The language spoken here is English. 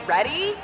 Ready